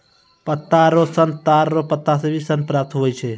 पत्ता रो सन ताड़ रो पत्ता से भी सन प्राप्त हुवै छै